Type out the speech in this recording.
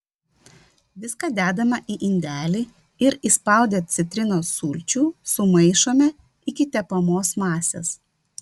viską dedame į indelį ir įspaudę citrinos sulčių sumaišome iki tepamos masės